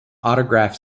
autograph